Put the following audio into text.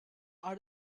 are